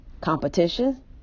competition